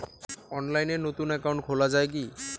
অনলাইনে নতুন একাউন্ট খোলা য়ায় কি?